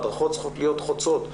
ההדרכות צריכות להיות חוצות ילדות/ילדים,